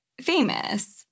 famous